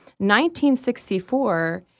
1964